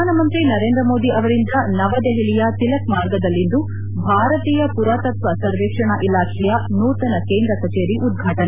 ಪ್ರಧಾನಮಂತ್ರಿ ನರೇಂದ್ರ ಮೋದಿ ಅವರಿಂದ ನವದೆಹಲಿಯ ತಿಲಕ್ ಮಾರ್ಗದಲ್ಲಿಂದು ಭಾರತೀಯ ಪುರಾತತ್ತ್ ಸರ್ವೇಕ್ಷಣ ಇಲಾಖೆಯ ನೂತನ ಕೇಂದ ಕಚೇರಿ ಉದ್ಯಾಟನೆ